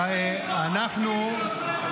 --- פתאום אתם נגד נכי צה"ל.